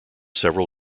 several